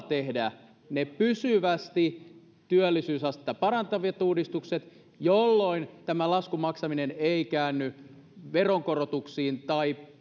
tehdä ne pysyvästi työllisyysastetta parantavat uudistukset jolloin tämän laskun maksaminen ei käänny veronkorotuksiksi tai